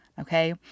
Okay